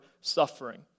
suffering